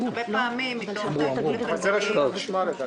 פעמים רבות מתוך --- זה רשות החשמל לדעתי.